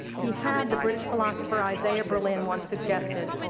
he had, the british philosopher isaiah berlin once suggested,